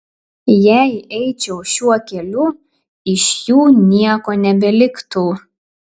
jei eičiau šiuo keliu iš jų nieko nebeliktų